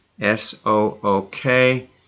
S-O-O-K